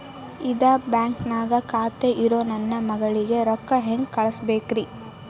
ಇದ ಬ್ಯಾಂಕ್ ನ್ಯಾಗ್ ಖಾತೆ ಇರೋ ನನ್ನ ಮಗಳಿಗೆ ರೊಕ್ಕ ಹೆಂಗ್ ಕಳಸಬೇಕ್ರಿ?